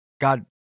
God